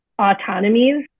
autonomies